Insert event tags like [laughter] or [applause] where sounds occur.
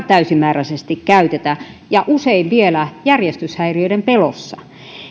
[unintelligible] täysimääräisesti käytetä ja usein vielä järjestyshäiriöiden pelossa